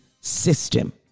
system